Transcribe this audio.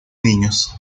niños